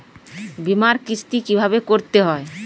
বিমার কিস্তি কিভাবে করতে হয়?